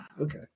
okay